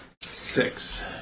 Six